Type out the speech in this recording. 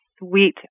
sweet